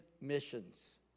missions